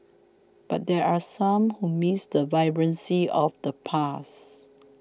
but there are some who miss the vibrancy of the past